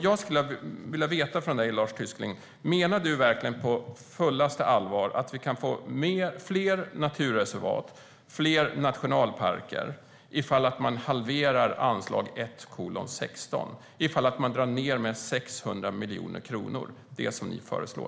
Jag skulle vilja veta från dig, Lars Tysklind: Menar du verkligen på fullaste allvar att vi kan få fler naturreservat och fler nationalparker ifall man halverar anslag 1:16, ifall man drar ned med 600 miljoner kronor, som ni föreslår?